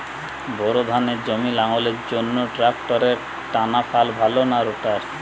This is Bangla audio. বোর ধানের জমি লাঙ্গলের জন্য ট্রাকটারের টানাফাল ভালো না রোটার?